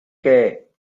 que